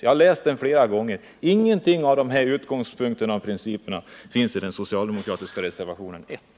Jag har läst den flera gånger. Ingenting av de här utgångspunkterna och principerna finns med i den socialdemokratiska reservationen 1.